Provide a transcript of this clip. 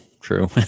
true